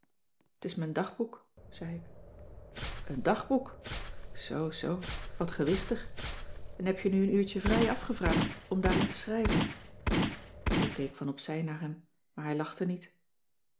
t is mijn dagboek zei ik een dàgboek zoo zoo wat gewichtig en heb je nu een uurtje vrij af gevraagd om daarin te schrijven ik keek van op zij naar hem maar hij lachte niet